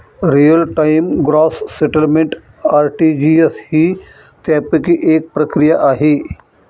real time gross settlement RTGS ही त्यापैकी एक प्रक्रिया आहे